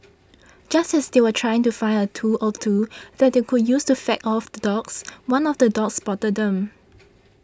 just as they were trying to find a tool or two that they could use to fend off the dogs one of the dogs spotted them